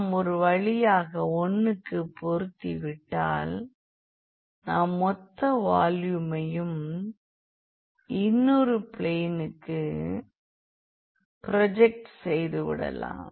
நாம் ஒருவழியாக 1க்கு பொருத்திவிட்டால் நாம் மொத்த வால்யூமையும் இன்னொரு பிளேனுக்கு பிரோஜெக்ட் செய்துவிடலாம்